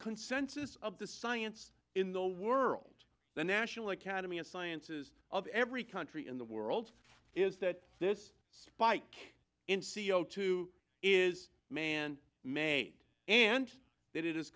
consensus of the science in the world the national academy of sciences of every country in the world is that this spike in c o two is man made and that i